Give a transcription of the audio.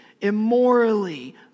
immorally